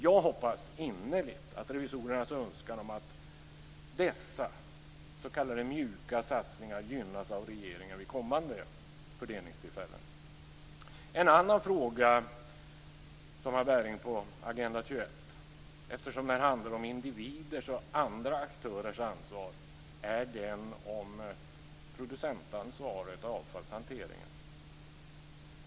Jag hoppas innerligt att revisorernas önskan om dessa s.k. mjuka satsningar gynnas av regeringen vid kommande fördelningstillfällen. En annan fråga som har bäring på Agenda 21 - eftersom den handlar om individers och andra aktörers ansvar - är den om producentansvaret och avfallshanteringen.